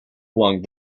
flung